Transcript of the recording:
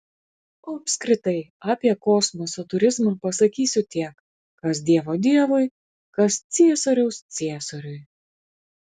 o apskritai apie kosmoso turizmą pasakysiu tiek kas dievo dievui kas ciesoriaus ciesoriui